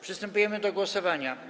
Przystępujemy do głosowania.